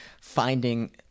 finding